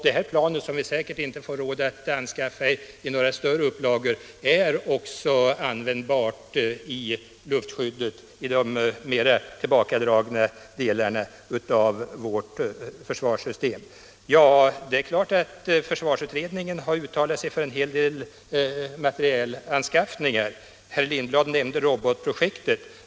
Detta plan, som vi säkert inte får råd att anskaffa i några större upplagor, är också användbart för luftskyddet i de mer tillbakadragna delarna av vårt försvarssystem. Allmänpolitisk debatt Allmänpolitisk debatt Det är klart att försvarsutredningen har uttalat sig för en hel del materielanskaffningar. Herr Lindblad nämnde robotprojektet.